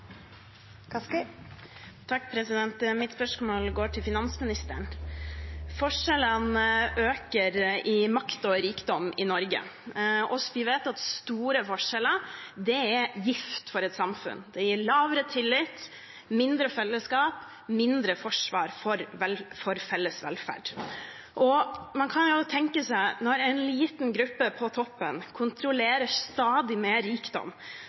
Mitt spørsmål går til finansministeren. Forskjellene i makt og rikdom øker i Norge. Vi vet at store forskjeller er gift for et samfunn. Det gir lavere tillit, mindre fellesskap og mindre forsvar for felles velferd. Når en liten gruppe på toppen kontrollerer stadig mer rikdom